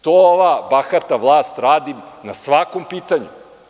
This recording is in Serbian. To ova bahata vlast radi na svakom pitanju.